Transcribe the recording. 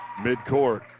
midcourt